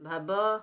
ଭାବ